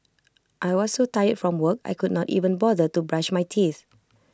I was so tired from work I could not even bother to brush my teeth